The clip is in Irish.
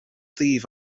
daoibh